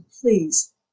please